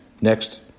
Next